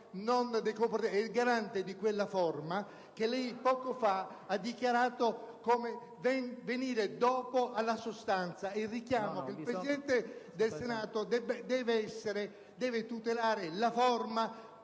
il Presidente del Senato deve tutelare la forma,